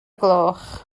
gloch